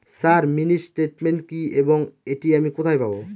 Sir mini statement কি এবং এটি আমি কোথায় পাবো?